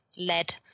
led